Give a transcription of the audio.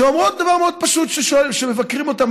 שאומרות דבר מאוד פשוט כשמבקרים אותם.